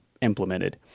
implemented